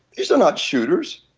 these are not shooters.